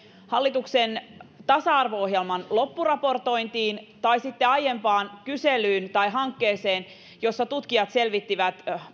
hallituksen tasa arvo ohjelman loppuraportointiin tai sitten aiempaan kyselyyn tai hankkeeseen jossa tutkijat selvittivät